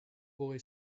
boy